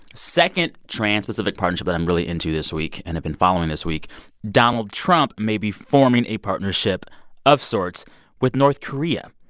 second trans-pacific partnership that i'm really into this week and have been following this week donald trump may be forming a partnership of sorts with north korea.